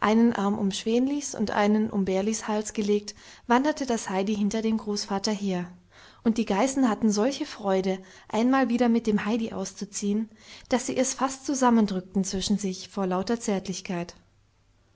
einen arm um schwänlis und einen um bärlis hals gelegt wanderte das heidi hinter dem großvater her und die geißen hatten solche freude einmal wieder mit dem heidi auszuziehen daß sie es fast zusammendrückten zwischen sich vor lauter zärtlichkeit